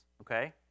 okay